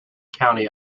county